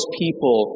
people